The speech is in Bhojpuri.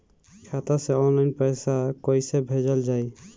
खाता से ऑनलाइन पैसा कईसे भेजल जाई?